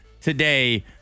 today